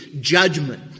judgment